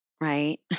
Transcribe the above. right